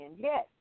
Yes